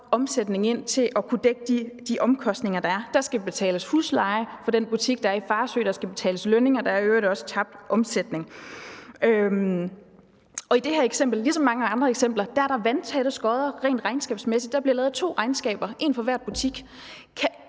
omsætning ind til at kunne dække de omkostninger, der er. I det eksempel, jeg fremfører her, skal der betales husleje for den butik, der er i Farsø, der skal betales lønninger, og der er i øvrigt også tabt omsætning. Og i det her eksempel, ligesom mange andre eksempler, er der vandtætte skodder rent regnskabsmæssigt. Der bliver lavet to regnskaber: et for hver butik.